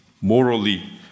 morally